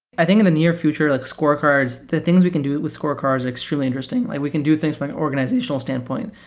i think in the near future, like scorecards the things we can do with scorecards are extremely interesting. like we can do things for an organizational standpoint.